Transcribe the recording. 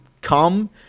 come